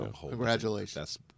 Congratulations